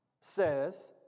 says